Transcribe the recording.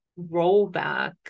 rollback